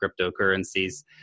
cryptocurrencies